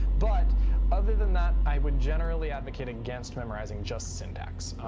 but other than that, i would generally advocate against memorizing just syntax.